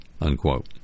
unquote